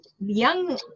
young